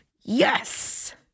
yes